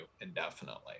indefinitely